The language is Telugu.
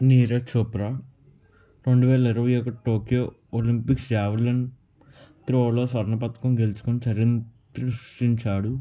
నీరజ్ చోప్రా రెండువేల ఇరవైఒకటి టోక్యో ఒలంపిక్స్ జావలిన్ త్రోలో స్వర్ణ పథకం గెలుచుకొని చరిత్రను సృష్టించాడు